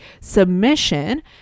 submission